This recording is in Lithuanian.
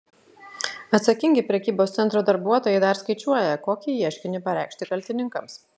atsakingi prekybos centro darbuotojai dar skaičiuoja kokį ieškinį pareikšti kaltininkams